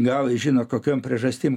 galai žino kokiom priežastim